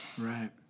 Right